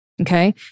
okay